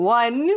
one